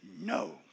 No